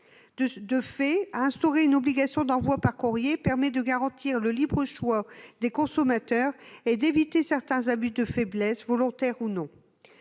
De fait, instaurer une obligation d'envoi du contrat par courrier permettrait de garantir le libre choix des consommateurs et d'éviter certains abus de faiblesse, délibérés ou non.